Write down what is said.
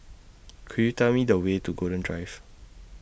Could YOU Tell Me The Way to Golden Drive